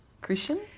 Christian